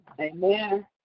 amen